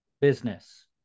business